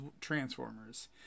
Transformers